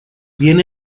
bien